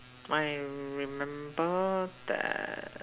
my remember that